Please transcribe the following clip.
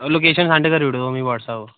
location send करी ओड़ो मिगी व्हाट्सऐप